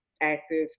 active